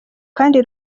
kandi